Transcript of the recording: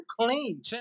clean